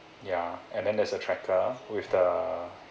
ya and then there's a tracker with the